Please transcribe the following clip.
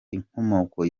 inkomoko